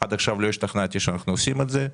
עד עכשיו לא השתכנעתי שאנחנו עושים את זה.